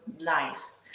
nice